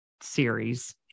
series